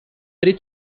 three